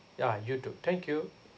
yeah you too thank you